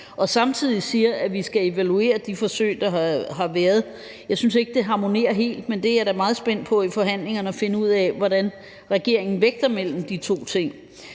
og samtidig siger, at vi skal evaluere de forsøg, der har været. Jeg synes ikke, det harmonerer helt, men jeg er da meget spændt på i forhandlingerne at finde ud af, hvordan regeringen vægter de to ting.